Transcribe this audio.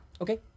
Okay